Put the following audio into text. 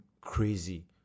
crazy